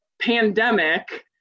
pandemic